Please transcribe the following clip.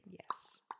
Yes